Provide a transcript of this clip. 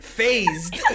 Phased